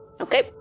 Okay